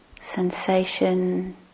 sensation